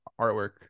artwork